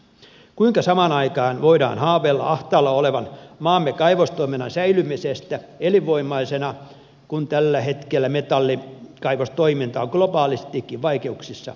kuinka samaan aikaan voidaan haaveilla ahtaalla olevan maamme kaivostoiminnan säilymisestä elinvoimaisena kun tällä hetkellä metallikaivostoiminta on globaalistikin vaikeuksissa